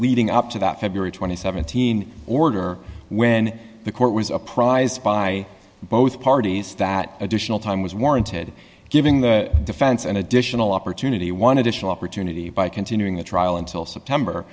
leading up to that february th team order when the court was apprised by both parties that additional time was warranted giving the defense an additional opportunity one additional opportunity by continuing the trial until september